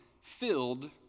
filled